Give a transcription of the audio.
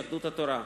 יהדות התורה,